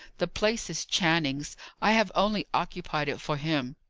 the place is channing's i have only occupied it for him.